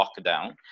lockdown